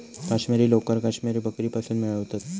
काश्मिरी लोकर काश्मिरी बकरीपासुन मिळवतत